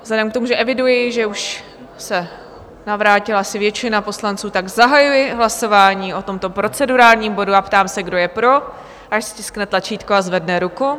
Vzhledem k tomu, že eviduji, že už se navrátila asi většina poslanců, tak zahajuji hlasování o tomto procedurálním bodu a ptám se, kdo je pro, ať stiskne tlačítko a zvedne ruku.